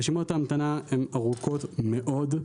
רשימות ההמתנה הן ארוכות מאוד.